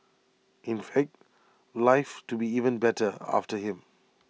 in fact life to be even better after him